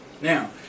Now